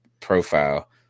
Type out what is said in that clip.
profile